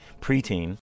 preteen